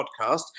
podcast